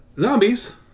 Zombies